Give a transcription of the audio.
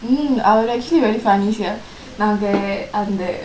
mm I would actually very funny sia நாங்க அந்த:naangka andtha